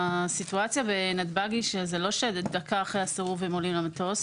הסיטואציה בנתב"ג היא שזה לא שדקה אחרי הסירוב הם עולים למטוס,